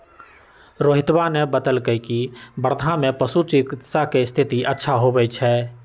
रोहितवा ने बतल कई की वर्धा में पशु चिकित्सा के स्थिति अच्छा होबा हई